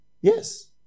yes